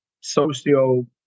socio